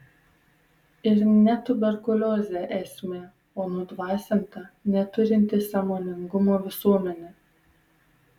ir ne tuberkuliozė esmė o nudvasinta neturinti sąmoningumo visuomenė